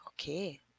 Okay